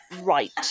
right